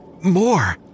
More